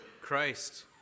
Christ